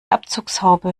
abzugshaube